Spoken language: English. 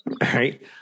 Right